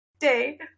day